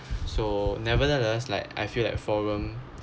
so nevertheless like I feel like foreign